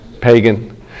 pagan